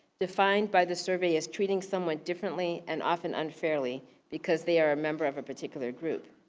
defined by the survey as treating someone differently and often unfairly because they are a member of a particular group.